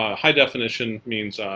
ah high-definition means